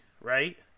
right